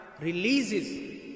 releases